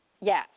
Yes